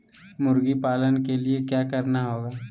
मुर्गी पालन के लिए क्या करना होगा?